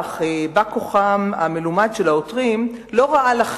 בא-כוחם המלומד של העותרים לא ראה לנכון